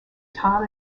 tom